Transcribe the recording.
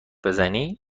بزنی